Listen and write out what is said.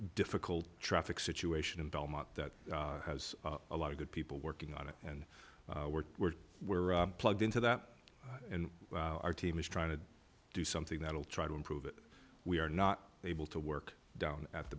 difficult traffic situation and belmont that has a lot of good people working on it and we're we're we're plugged into that and our team is trying to do something that'll try to improve it we are not able to work down at the